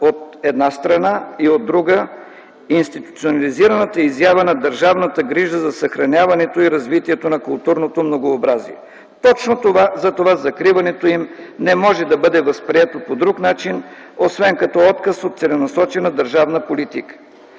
от една страна, и от друга – институционализираната изява на държавната грижа за съхраняването и развитието на културното многообразие. Точно затова закриването им не може да бъде възприето по друг начин, освен като отказ от целенасочена държавна политика.